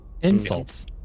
Insults